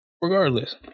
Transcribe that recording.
Regardless